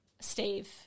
Steve